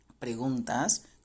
preguntas